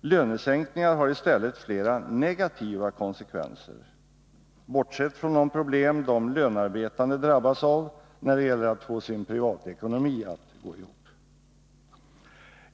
Lönesänkningar har i stället flera negativa konsekvenser, bortsett från de problem de lönarbetande drabbas av när det gäller att få sin privatekonomi att gå ihop.